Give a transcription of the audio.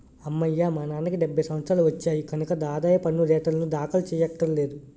అమ్మయ్యా మా నాన్నకి డెబ్భై సంవత్సరాలు వచ్చాయి కనక ఆదాయ పన్ను రేటర్నులు దాఖలు చెయ్యక్కర్లేదు